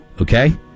okay